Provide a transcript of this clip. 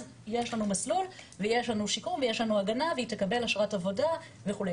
אז יש לנו מסלול ויש לנו שיקום ויש לנו הגנה והיא תקבל אשרת עבודה וכו'.